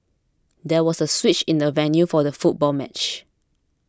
there was a switch in the venue for the football match